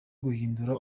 guhindura